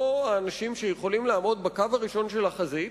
האנשים שיכולים לעמוד בקו הראשון של החזית,